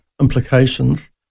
implications